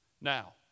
now